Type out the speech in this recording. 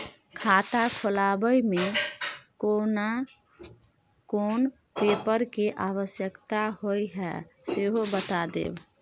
खाता खोलैबय में केना कोन पेपर के आवश्यकता होए हैं सेहो बता देब?